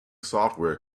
software